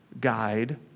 guide